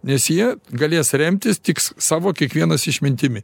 nes jie galės remtis tik savo kiekvienas išmintimi